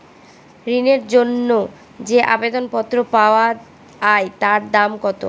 ঋণের জন্য যে আবেদন পত্র পাওয়া য়ায় তার দাম কত?